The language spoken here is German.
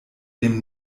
dem